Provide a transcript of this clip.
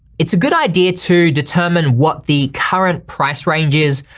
it's a good idea to determine what the current price range is,